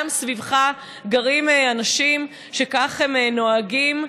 גם סביבך גרים אנשים שכך הם נוהגים.